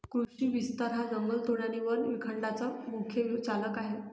कृषी विस्तार हा जंगलतोड आणि वन विखंडनाचा मुख्य चालक आहे